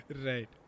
Right